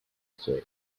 space